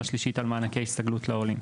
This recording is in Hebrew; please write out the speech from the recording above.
והשלישית על מענקי ההסתגלות לעולים.